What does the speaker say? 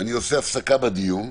אני עושה הפסקה בדיון,